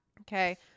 okay